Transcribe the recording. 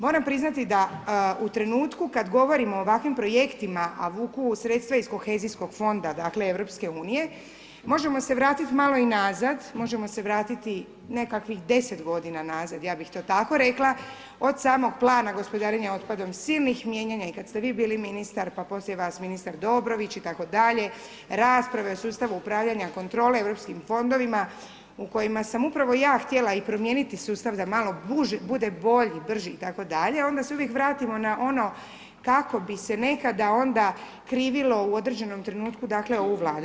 Moram priznati da u trenutku kad govorimo o ovakvim projektima, a vuku sredstva iz kohezijskog fonda dakle EU, možemo se vratiti malo i nazad, možemo se vratiti nekakvih 10 godina nazad, ja bih to tako rekla, od samog plana gospodarenja otpadom, silnih mijenjanja i kad ste vi bili ministar, pa poslije vas ministar Dobrović itd., rasprave o sustavu upravljanja kontrole europskim fondovima u kojima sam upravo ja htjela i promijeniti sustav da malo bude bolji, brži itd., onda se uvijek vratimo na ono kako bi se nekada onda krivilo u određenom trenutku dakle ovu Vladu.